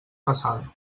passada